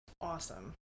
awesome